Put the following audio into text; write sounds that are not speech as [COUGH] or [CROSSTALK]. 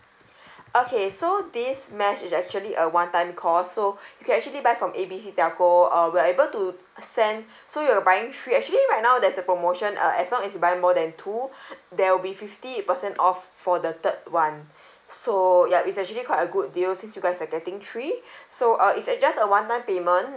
[BREATH] okay so this mesh is actually a one time cost so you can actually buy from A B C telco uh we are able to send so you're buying three actually right now there's a promotion uh as long as you buy more than two there will be fifty percent off for the third one so ya it's actually quite a good deal since you guys are getting three so uh it's a just a one time payment